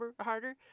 harder